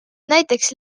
näiteks